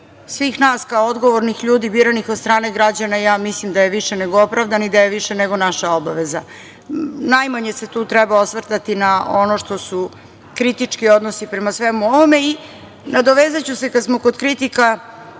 svih nas, kao odgovornih ljudi, biranih od strane građana ja mislim da je više nego opravdan i da je više nego naša obaveza. Najmanje se tu treba osvrtati na ono što su kritički odnosi prema svemu ovome. Nadovezaću se kada smo kod kritika